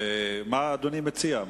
מה אדוני מציע?